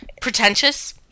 Pretentious